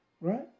Right